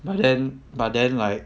but then but then like